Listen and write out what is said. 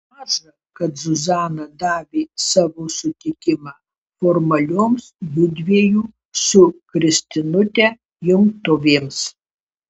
maža kad zuzana davė savo sutikimą formalioms judviejų su kristinute jungtuvėms